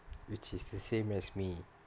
which is the same as me